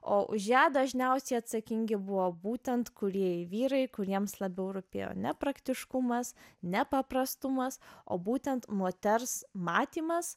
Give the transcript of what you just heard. o už ją dažniausiai atsakingi buvo būtent kūrėjai vyrai kuriems labiau rūpėjo ne praktiškumas ne paprastumas o būtent moters matymas